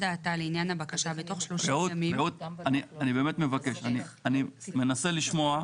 רעות, אני באמת מנסה לשמוע.